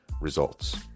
results